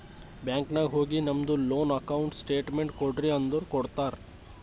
bank ನಾಗ್ ಹೋಗಿ ನಮ್ದು ಲೋನ್ ಅಕೌಂಟ್ ಸ್ಟೇಟ್ಮೆಂಟ್ ಕೋಡ್ರಿ ಅಂದುರ್ ಕೊಡ್ತಾರ್